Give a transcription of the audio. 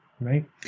right